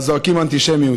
אז זועקים "אנטישמיות".